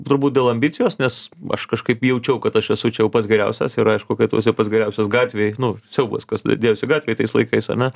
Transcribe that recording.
turbūt dėl ambicijos nes aš kažkaip jaučiau kad aš esu čia jau pats geriausias ir aišku kai tu esi pats geriausias gatvėj nu siaubas kas tada dėjosi gatvėj tais laikais ane